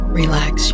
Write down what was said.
relax